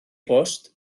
bost